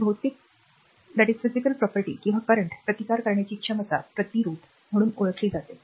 तर भौतिक मालमत्ता किंवा वर्तमानास प्रतिकार करण्याची क्षमता प्रतिरोध म्हणून ओळखली जाते